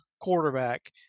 quarterback